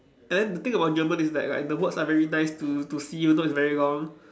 and then the thing about German is that like the words are very nice to to see you know it's very long